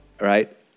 right